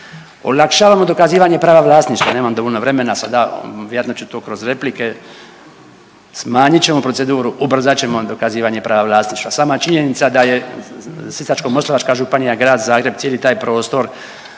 Olakšavamo dokazivanje prava vlasništva, nemam dovoljno vremena sada, vjerojatno ću to kroz replike, smanjit ćemo proceduru, ubrzat ćemo vam dokazivanje prava vlasništva. Sama činjenica da je Sisačko-moslavačka županija, Grad Zagreb, cijeli taj prostor